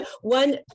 one